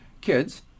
kids